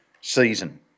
season